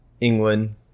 England